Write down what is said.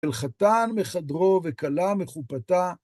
של חתן מחדרו וכלה מחופתה.